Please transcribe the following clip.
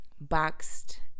Boxed